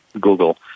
Google